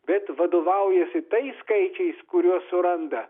bet vadovaujasi tais skaičiais kuriuos suranda